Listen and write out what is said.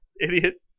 idiot